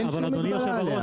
ואין שום מגבלה עליה.